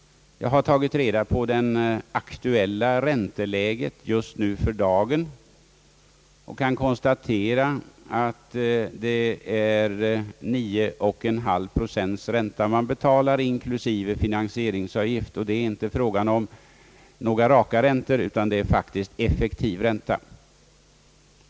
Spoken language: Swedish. Jag har tagit reda på det aktuella ränteläget just för dagen och kan konstatera, att man betalar 9,5 procents ränta inklusive finansieringsavgift, och det är inte fråga om några raka räntor utan det gäller faktiskt effektiva räntor.